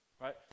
right